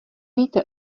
víte